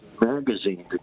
magazine